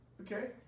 Okay